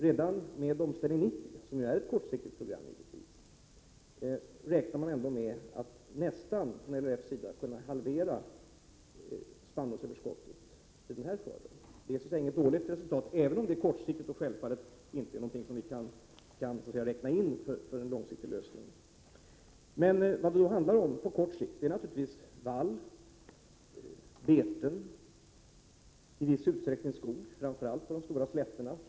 Redan med ett kortsiktigt program räknar man med att nästan kunna halvera spannmålsöverskottet i skörden. Det är inget dåligt resultat, även om det är kortsiktigt och självfallet inte är någonting som vi kan räkna in när det gäller en långsiktig lösning. Men vad det handlar om på kort sikt är naturligtvis vall, beten och i viss utsträckning skog, framför allt på de stora slätterna.